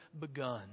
begun